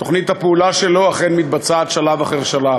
תוכנית הפעולה שלו אכן מתבצעת שלב אחר שלב.